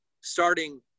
starting